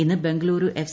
ഇന്ന് ബംഗളുരു എഫ്